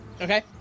Okay